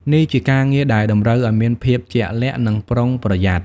នេះជាការងារដែលតម្រូវឲ្យមានភាពជាក់លាក់ និងប្រុងប្រយ័ត្ន។